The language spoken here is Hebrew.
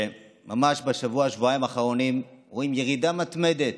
שממש בשבוע-שבועיים האחרונים רואים ירידה מתמדת,